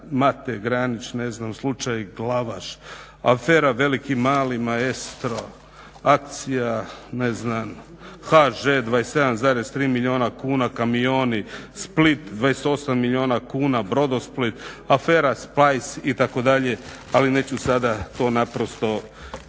Mate Granić, slučaj Glavaš, afera veliki-mali Maestro, akcija HŽ 27 milijuna kuna, kamioni, Split 28 milijuna kuna, Brodosplit, afera Spice itd. ali neću to sada čitati.